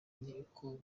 niko